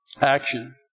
action